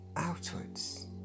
Outwards